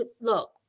look